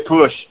push